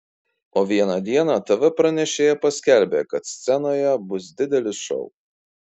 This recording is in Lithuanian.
o vieną dieną tv pranešėja paskelbė kad scenoje bus didelis šou